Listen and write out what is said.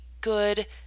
good